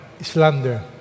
slander